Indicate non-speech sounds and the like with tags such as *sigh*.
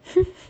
*laughs*